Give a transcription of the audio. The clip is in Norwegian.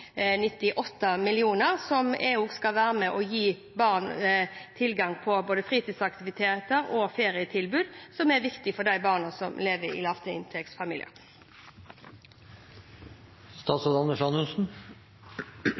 gi tilgang på fritidsaktiviteter og ferietilbud, som er viktig for de barna som lever i